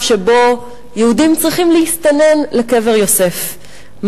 שבו יהודים צריכים להסתנן לקבר יוסף,